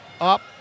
Up